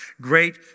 great